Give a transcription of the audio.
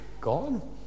gone